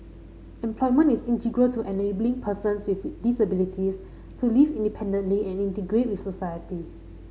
employment is integral to enabling persons with disabilities to live independently and integrate with society